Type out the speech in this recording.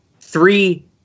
Three